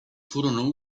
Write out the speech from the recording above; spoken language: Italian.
furono